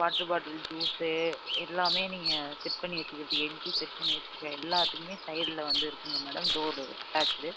water bottle juice எல்லாம் நீங்கள் set பண்ணி வைச்சிக்கிறதுக்கு எக்கு செட் பண்ணி வைச்சிக்க எல்லாத்துக்கும் சைடில் வந்து இருக்குதுங்க மேடம் டோரு அட்டாச்சிடு